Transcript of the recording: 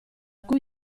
cui